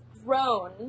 grown